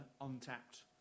untapped